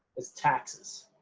is taxes.